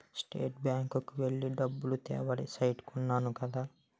state bank కి వెళ్లి డబ్బులు తేవాలి సైట్ కొన్నాను కదా